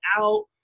out